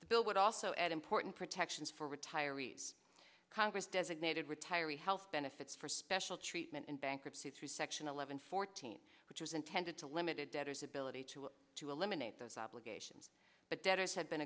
the bill would also add important protections for retirees congress designated retiree health benefits for special treatment in bankruptcy through section eleven fourteen which is intended to limited debtors ability to to eliminate those obligations but debtors have been